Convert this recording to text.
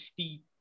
50